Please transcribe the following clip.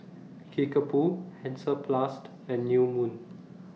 Kickapoo Hansaplast and New Moon